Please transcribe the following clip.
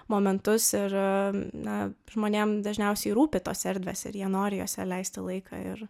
momentus ir na žmonėm dažniausiai rūpi tos erdvės ir jie nori jose leisti laiką ir